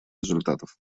результатов